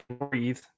breathe